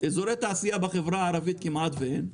אזורי תעשייה בחברה הערבית כמעט ואין,